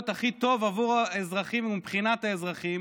הכי טוב עבור האזרחים ומבחינת האזרחים,